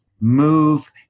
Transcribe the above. move